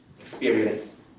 experience